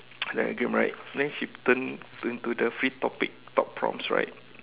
the right then she turn turn to the free topic talk prompts right